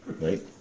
right